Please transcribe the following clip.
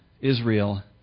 Israel